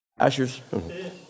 Ashers